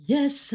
Yes